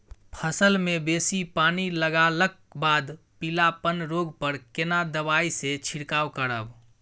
फसल मे बेसी पानी लागलाक बाद पीलापन रोग पर केना दबाई से छिरकाव करब?